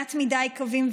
מעט מדי קווים,